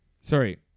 sorry